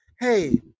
Hey